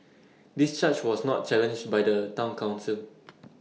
this charge was not challenged by the Town Council